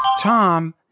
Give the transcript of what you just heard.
Tom